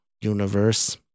universe